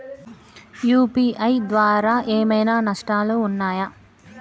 UPI ద్వారా ఏమైనా నష్టాలు ఉన్నయా?